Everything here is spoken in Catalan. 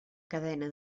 cadena